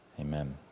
Amen